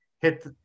hit